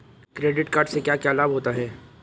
Credit card से क्या क्या लाभ होता है?